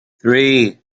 three